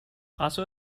also